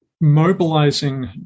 mobilizing